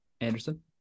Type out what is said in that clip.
Anderson